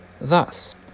Thus